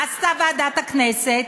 מה עשתה ועדת הכנסת?